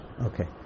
Okay